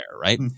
right